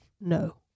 No